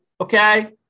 okay